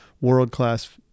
world-class